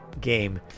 game